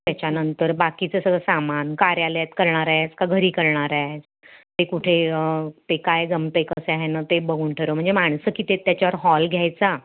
त्याच्यानंतर बाकीचं सगळं सामान कार्यालयात करणार आहेत का घरी करणार आहेत ते कुठे ते काय जमतं आहे कसं आहे ना ते बघून ठरव म्हणजे माणसं किती आहेत त्याच्यावर हॉल घ्यायचा